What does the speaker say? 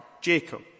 Jacob